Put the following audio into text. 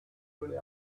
really